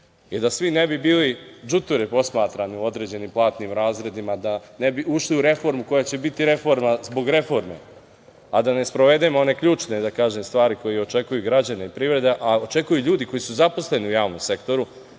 svi ne bi bili đuture posmatrani u određenim platnim razredima, da ne bi ušli u reformu koja će biti reforma zbog reforme, a da ne sprovedem one ključne, da kažem, stvari koje očekuju građane i privreda, a očekuju ljudi koji su zaposleni u javnom sektoru